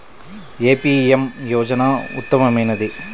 ఏ PM యోజన ఉత్తమమైనది?